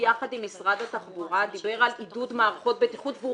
יחד עם משרד התחבורה דיבר על עידוד מערכות בטיחות והוא